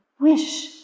wish